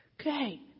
Okay